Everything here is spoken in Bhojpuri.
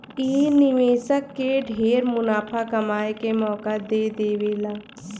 इ निवेशक के ढेरे मुनाफा कमाए के मौका दे देवेला